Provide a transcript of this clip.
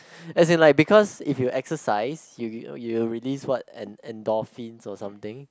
as in like because if you exercise you you know you will release what en~ en~ endorphins or something